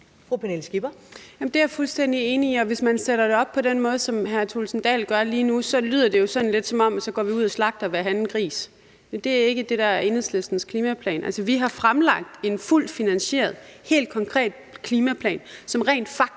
Det er jeg fuldstændig enig i, og hvis man sætter det op på den måde, som hr. Kristian Thulesen Dahl gør lige nu, så lyder det lidt, som om vi så går ud og slagter hver anden gris. Det er ikke det, der er Enhedslistens klimaplan. Vi har fremlagt en fuldt finansieret, helt konkret klimaplan, som rent faktisk